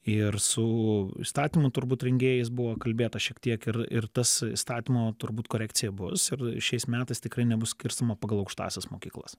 ir su įstatymų turbūt rengėjais buvo kalbėta šiek tiek ir ir tas įstatymo turbūt korekcija bus ir šiais metais tikrai nebus skirstoma pagal aukštąsias mokyklas